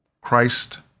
Christ